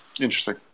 Interesting